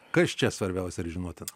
kas čia svarbiausia ar žinotina